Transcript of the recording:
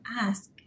ask